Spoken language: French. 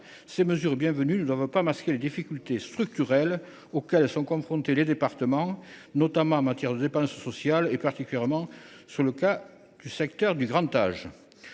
Ces mesures, bienvenues, ne doivent pas masquer les difficultés structurelles auxquelles sont confrontés les départements, notamment en matière de dépenses sociales – je pense au secteur du grand âge.